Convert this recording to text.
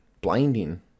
Blinding